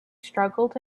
struggled